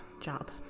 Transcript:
job